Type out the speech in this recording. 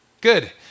Good